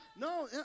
no